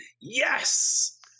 yes